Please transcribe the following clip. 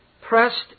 pressed